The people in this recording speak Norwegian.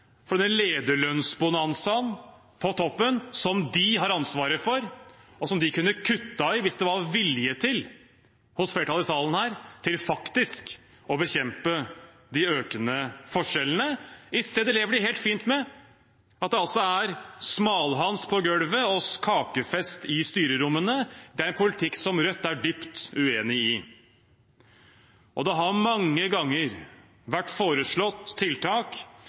for denne lederlønnsbonanzaen på toppen som de har ansvaret for, og som de kunne kuttet i hvis det var vilje hos flertallet her i salen til å bekjempe de økende forskjellene. I stedet lever de helt fint med at det er smalhans på gulvet og kakefest i styrerommene. Det er en politikk som Rødt er dypt uenig i. Det har mange ganger vært foreslått tiltak